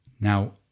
Now